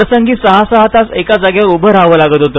प्रसंगी सहा सहा तास एका जागेवर उभे राहाव लागत होत